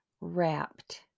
wrapped